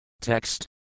TEXT